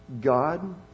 God